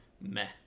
meh